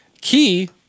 Key